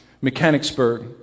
Mechanicsburg